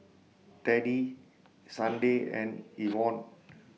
Teddie Sunday and Evon